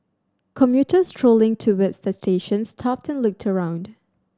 commuters strolling towards the station stopped and looked around